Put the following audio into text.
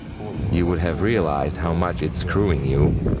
you would have realized how much it's screwing you,